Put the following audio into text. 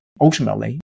ultimately